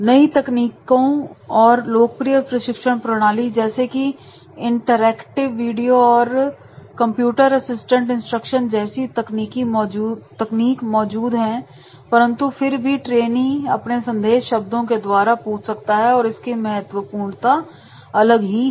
नई तकनीकें और लोकप्रिय प्रशिक्षण प्रणाली जैसे कि इंटरएक्टिव वीडियो और कंप्यूटर असिस्टेंट इंस्ट्रक्शन जैसी तकनीकी मौजूद हैं परंतु फिर भी ट्रेनी अपने संदेह शब्दों के द्वारा पूछ सकता है और इसकी महत्वपूर्णता अलग ही है